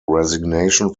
resignation